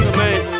man